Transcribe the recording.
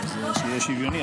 אדוני היושב בראש,